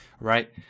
right